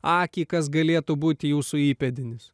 akį kas galėtų būti jūsų įpėdinis